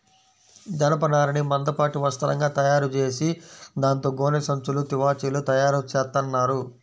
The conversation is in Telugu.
జనపనారని మందపాటి వస్త్రంగా తయారుచేసి దాంతో గోనె సంచులు, తివాచీలు తయారుచేత్తన్నారు